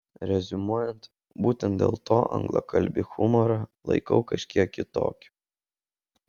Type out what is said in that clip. reziumuojant būtent dėl to anglakalbį humorą laikau kažkiek kitokiu